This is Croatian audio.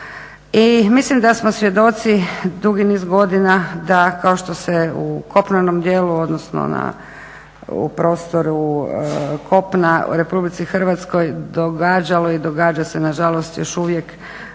I mislim da smo svjedoci dugi niz godina da kao što se u kopnenom djelu, odnosno u prostoru kopna u Republici Hrvatskoj događalo i događa se nažalost još uvijek